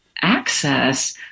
access